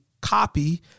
copy